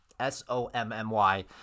S-O-M-M-Y